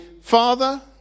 Father